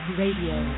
radio